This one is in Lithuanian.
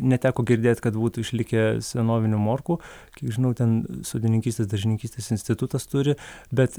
neteko girdėt kad būtų išlikę senovinių morkų kiek žinau ten sodininkystės daržininkystės institutas turi bet